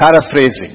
paraphrasing